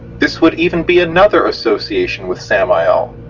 this would even be another association with samael,